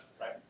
right